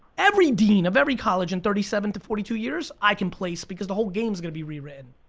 every dean of every college in thirty seven to forty two years, i can place because the whole game is gonna be reread.